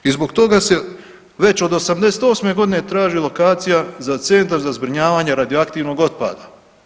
I zbog toga se već od '88. godine traži lokacija za centar za zbrinjavanje radioaktivnog otpada.